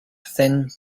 thin